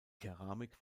keramik